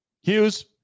Hughes